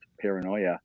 paranoia